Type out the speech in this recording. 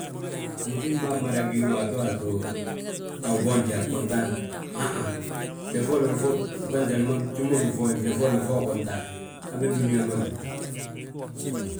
Antiimbaa mmada gí waato waati a wu boonje, a gontan, hahaŋ. Flee folo fo fjúm ma gí fwooye, flee folla fo ugontan, habe dúniyaa ma gíw.